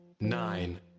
nine